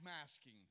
masking